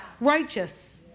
righteous